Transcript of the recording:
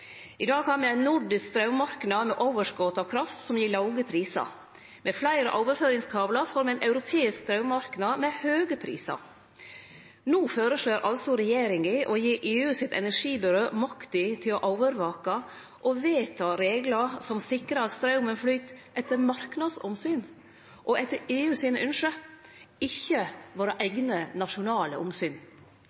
i dag. I dag har me ein nordisk straummarknad med overskot av kraft, som gir låge prisar. Med fleire overføringskablar får me ein europeisk straummarknad – høge prisar. No føreslår altså regjeringa å gi EU sitt energibyrå makt til å overvake og vedta reglar som sikrar at straumen flyt etter marknadsomsyn og etter EU sine ynske, ikkje våre eigne nasjonale omsyn.